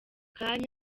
kanya